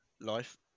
life